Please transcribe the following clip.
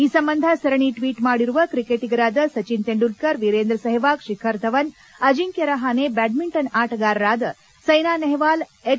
ಈ ಸಂಬಂಧ ಸರಣಿ ಟ್ವೀಟ್ ಮಾಡಿರುವ ಕ್ರಿಕೆಟಗರಾದ ಸಚಿನ್ ತೆಂಡೂಲ್ಲರ್ ವೀರೇಂದ್ರ ಸೆಹ್ನಾಗ್ ಶಿಖರ್ ಧವನ್ ಅಜಿಂಕ್ನಾ ರಹಾನೆ ಬ್ಲಾಡ್ನಿಂಟನ್ ಆಟಗಾರರಾದ ಸ್ಗೆನಾ ನೆಹ್ನಾಲ್ ಎಚ್